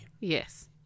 Yes